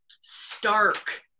stark